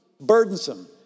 burdensome